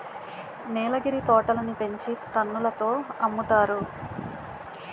నీలగిరి తోటలని పెంచి టన్నుల తో అమ్ముతారు